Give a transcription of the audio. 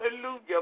hallelujah